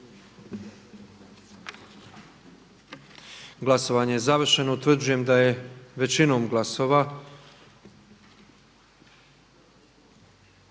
Glasovanje je završeno. Utvrđujem da smo većinom glasova